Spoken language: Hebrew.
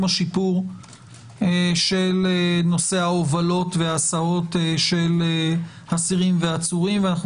השיפור של נושא ההובלות וההסעות של האסירים והעצורים ואנו